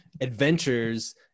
adventures